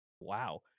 Wow